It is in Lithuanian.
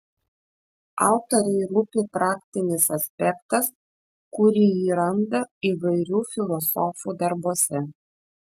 autorei rūpi praktinis aspektas kurį ji randa įvairių filosofų darbuose